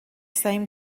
same